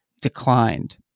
declined